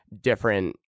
different